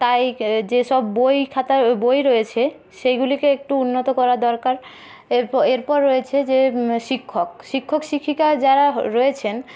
তাই যেসব বই খাতা বই রয়েছে সেইগুলিকে একটু উন্নত করা দরকার এরপর রয়েছে যে শিক্ষক শিক্ষক শিক্ষিকা যারা রয়েছেন